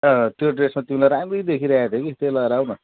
त्यो ड्रेसमा तिमीलाई राम्री देखिइराखेको थियो कि त्यही लगाएर आऊ न